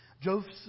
Joseph